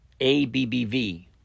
ABBV